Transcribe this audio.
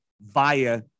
via